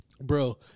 Bro